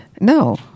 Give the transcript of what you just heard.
No